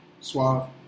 Suave